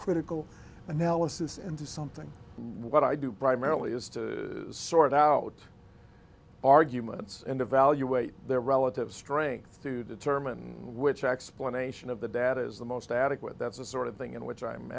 critical analysis and do something what i do primarily is to sort out arguments and evaluate their relative strengths to determine which explanation of the data is the most adequate that's the sort of thing in which i'm